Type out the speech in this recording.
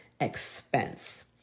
expense